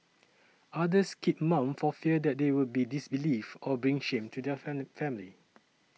others keep mum for fear that they would be disbelieved or bring shame to their family